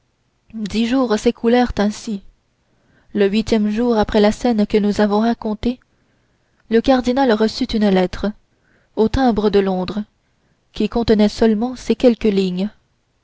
dix jours s'écoulèrent ainsi le huitième jour après la scène que nous avons racontée le cardinal reçut une lettre au timbre de londres qui contenait seulement ces quelques lignes